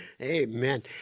Amen